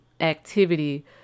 activity